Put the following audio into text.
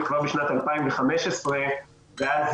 קודם כול,